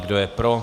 Kdo je pro?